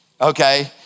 okay